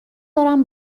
دارم